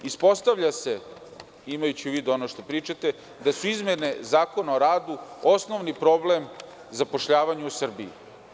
Ispostavlja se, imajući u vidu ono što pričate, da su izmene Zakona o radu osnovni problem zapošljavanja u Srbiji.